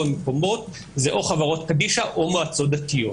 המקומות זה או חברות קדישא או מועצות דתיות.